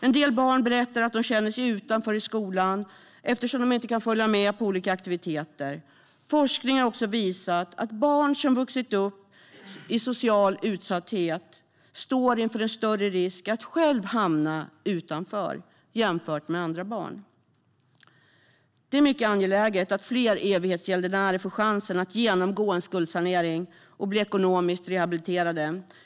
En del barn berättar att de känner sig utanför i skolan eftersom de inte kan följa med på olika aktiviteter. Forskning har också visat att barn som vuxit upp i social utsatthet står inför en större risk att själva hamna utanför än andra barn. Det är mycket angeläget att fler evighetsgäldenärer får chansen att genomgå en skuldsanering och bli ekonomiskt rehabiliterade.